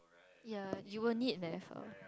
ya you will need maths uh